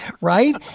right